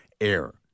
air